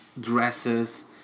dresses